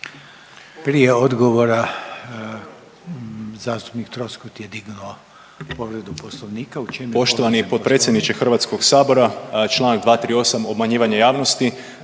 Prije odgovora zastupnik Troskot je dignuo povredu poslovnika.